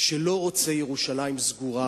שלא רוצה ירושלים סגורה,